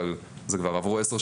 אבל כבר עברו 10 שנים,